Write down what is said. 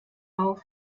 auf